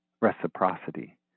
reciprocity